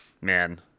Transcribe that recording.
man